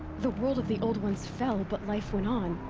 the world of the old ones fell, but life went on.